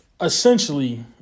essentially